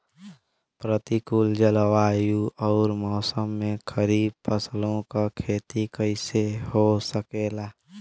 प्रतिकूल जलवायु अउर मौसम में खरीफ फसलों क खेती कइसे हो सकेला?